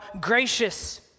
gracious